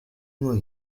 will